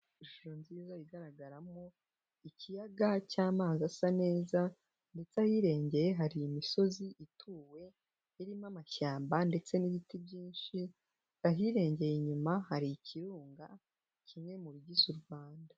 Ishusho nziza igaragaramo ikiyaga cy'amazi asa neza ndetse ahirengeye hari imisozi ituwe, irimo amashyamba ndetse n'ibiti byinshi, ahirengeye inyuma hari ikirunga kimwe mu bigize u Rwanda.